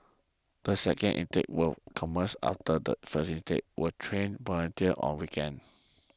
the second intake will commence after the first intake will train volunteers on weekends